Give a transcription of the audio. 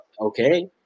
okay